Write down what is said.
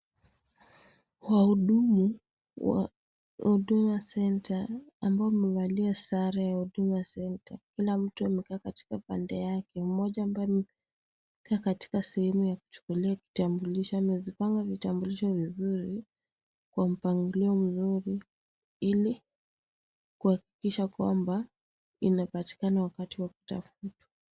Wahudumu wa huduma (CS)centre(CS)ambao wamevalia sare ya huduma(CS)centre(CS),kila mtu amekaa katika pande yake, moja ambaye amekaa katika sehemu ya kuchukulia kitambulisho, amezipanga vitambulisho vizuri, Kwa mpangilio mzurii ili kuhakikisha kwamba inapatikana wakati wa kutafta.